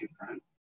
different